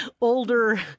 older